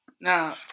now